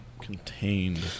contained